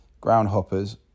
Groundhoppers